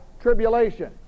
tribulation